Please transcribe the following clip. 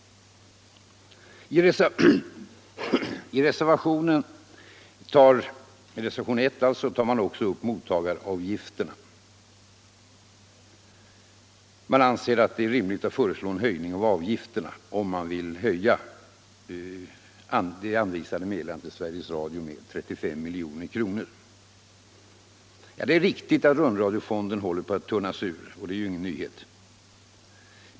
I reservationen 1 tar man också upp mottagaravgifterna. Man anser att det är rimligt att föreslå en höjning av mottagaravgifterna, eftersom de anvisade medlen till Sveriges Radio ökas med 35 milj.kr. Det är riktigt att rundradiofonden håller på att tunnas ut. Det är ingen nyhet.